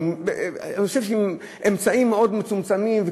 ואני חושב שבאמצעים מאוד מצומצמים,